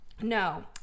No